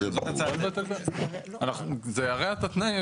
הרי הם בסופו של דבר מגישים את התביעה,